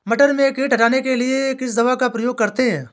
मटर में कीट हटाने के लिए किस दवा का प्रयोग करते हैं?